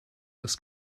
das